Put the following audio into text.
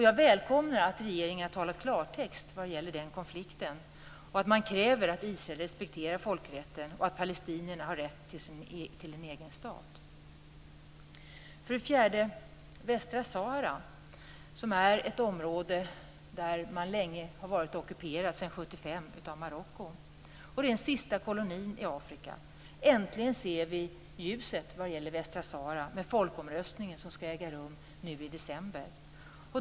Jag välkomnar att regeringen talar klartext vad det gäller den konflikten, att man kräver att Israel respekterar folkrätten och att palestinierna har rätt till en egen stat. Västra Sahara är ett område som sedan 1975 är ockuperat av Marocko. Det är den sista kolonin i Afrika. Nu ser vi äntligen ljuset vad det gäller Västra Sahara, med den folkomröstning som skall äga rum nu i december.